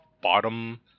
bottom